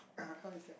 how is that